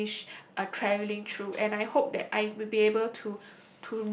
finish uh travelling through and I hope that I will be able to